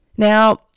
Now